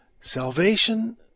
salvation